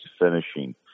finishing